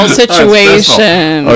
situation